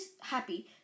happy